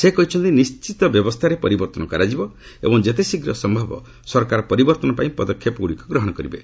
ସେ କହିଛନ୍ତି ନିର୍ଣିତ ବ୍ୟବସ୍ଥାରେ ପରିବର୍ତ୍ତନ କରାଯିବ ଏବଂ ଯେତେ ଶୀଘ୍ର ସମ୍ଭବ ସରକାର ପରିବର୍ତ୍ତନ ପାଇଁ ପଦକ୍ଷେପଗୁଡ଼ିକ ଗ୍ରହଣ କରିବେ